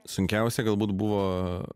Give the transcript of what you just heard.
sunkiausia galbūt buvo